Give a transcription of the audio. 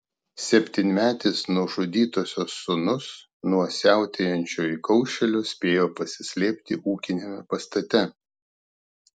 septynmetis nužudytosios sūnus nuo siautėjančio įkaušėlio spėjo pasislėpti ūkiniame pastate